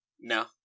No